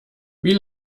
wie